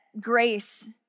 grace